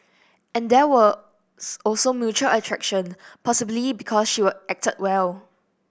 and there was also mutual attraction possibly because she were acted well